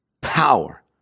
Power